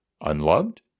unloved